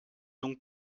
donc